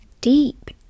deep